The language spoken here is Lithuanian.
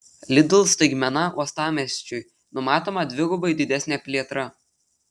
lidl staigmena uostamiesčiui numatoma dvigubai didesnė plėtra